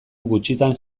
gutxitan